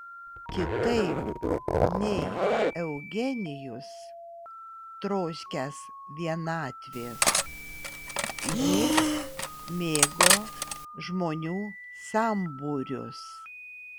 kitaip nei eugenijus troškęs vienatvės ji mėgo žmonių sambūrius